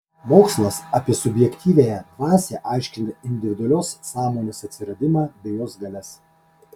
mokslas apie subjektyviąją dvasią aiškina individualios sąmonės atsiradimą bei jos galias